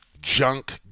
junk